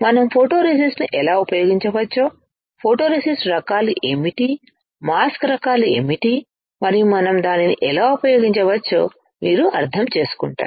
మనం ఫోటోరేసిస్ట్ను ఎలా ఉపయోగించవచ్చో ఫోటోరేసిస్ట్ రకాలు ఏమిటి మాస్క్ రకాలు ఏమిటి మరియు మనం దానిని ఎలా ఉపయోగించవచ్చో మీరు అర్థం చేసుకుంటారు